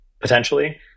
potentially